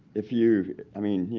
if you i mean,